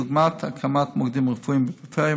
דוגמת הקמת מוקדים רפואיים בפריפריה,